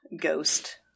Ghost